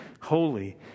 holy